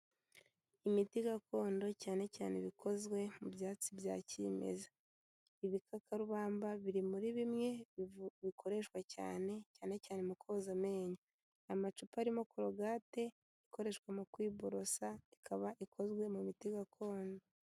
Imiti gakondo, cyane cyane ibikozwe mu byatsi bya kimeza. Ibikakarubamba biri muri bimwe bikoreshwa cyane, cyane cyane mu koza amenyo. Amacupa arimo korogate, ikoreshwa mu kwiborosa, ikaba ikozwe mu miti gakondo.